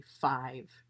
five